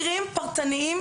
מקרים פרטניים,